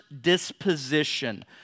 disposition